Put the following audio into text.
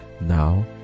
Now